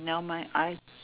never mind